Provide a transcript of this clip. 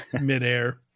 midair